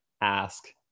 ask